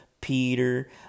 Peter